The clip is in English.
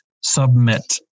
submit